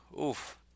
Oof